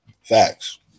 facts